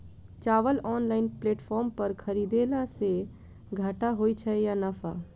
चावल online platform पर खरीदलासे घाटा होइ छै या नफा?